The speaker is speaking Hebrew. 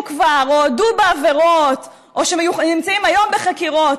כבר או הודו בעבירות או שנמצאים היום בחקירות.